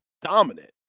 dominant